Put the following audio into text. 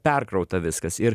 perkrauta viskas ir